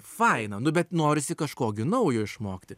faina nu bet norisi kažko gi naujo išmokti